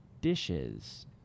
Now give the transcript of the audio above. dishes